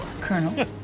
Colonel